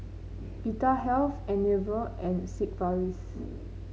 Vitahealth Enervon and Sigvaris